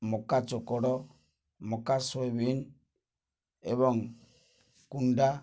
ମକା ଚୋକଡ଼ ମକା ସୋବିନ୍ ଏବଂ କୁଣ୍ଡା